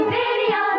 video